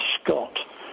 Scott